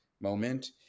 moment